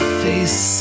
face